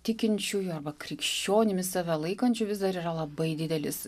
tikinčiųjų arba krikščionimis save laikančių vis dar yra labai didelis